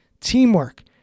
teamwork